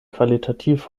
qualitativ